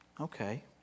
Okay